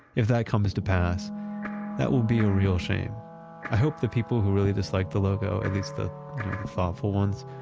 if that comes to pass that will be a real shame i hope the people who really dislike the logo, at least the thoughtful ones,